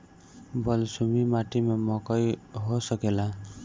बलसूमी माटी में मकई हो सकेला?